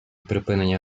припинення